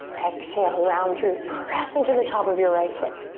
exhale, round through, press into the top of your right foot.